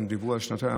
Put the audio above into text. הם דיברו על שנתיים.